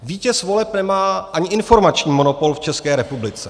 Vítěz voleb nemá ani informační monopol v České republice.